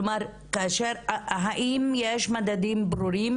כלומר האם יש מדדים ברורים,